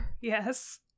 yes